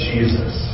Jesus